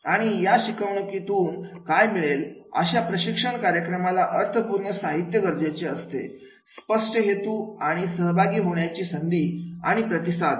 आणि या शिकवणुकीतून काय मिळेल अशा प्रशिक्षण कार्यक्रमाला अर्थपूर्ण साहित्य गरजेचे असते स्पष्ट हेतू आणि सहभागी होण्याची संधी आणि प्रतिसाद